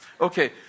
Okay